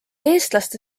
eestlaste